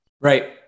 right